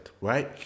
right